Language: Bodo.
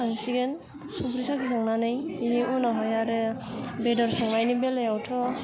खांसिगोन संख्रि साखिखांनानै बिनि उनावहाय आरो बेदर संनायनि बेलायावथ'